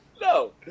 No